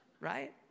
right